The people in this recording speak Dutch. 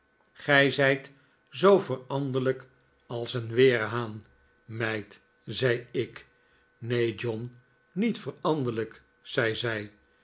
gij zijt zoo veranderlijk als een weerhaan meid zei ik neen john niet veranderlijk zei zij